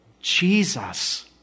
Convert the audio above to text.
Jesus